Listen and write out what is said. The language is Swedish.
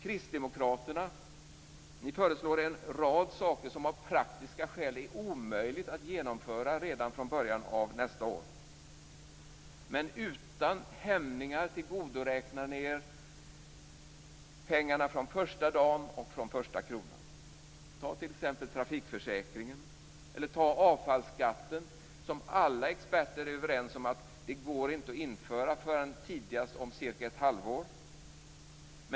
Kristdemokraterna föreslår en rad saker som av praktiska skäl är omöjliga att genomföra redan från början av nästa år. Men utan hämningar tillgodoräknar ni er pengarna från första dagen och från den första kronan. Ta t.ex. trafikförsäkringen eller avfallsskatten! Alla experter är överens om att det inte går att införa en avfallsskatt förrän tidigast om cirka ett halvår.